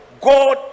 God